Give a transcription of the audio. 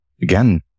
Again